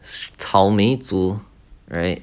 草莓族 right